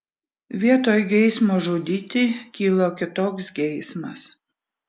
vietoj geismo žudyti kilo kitoks geismas